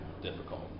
Difficult